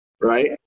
Right